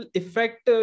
effect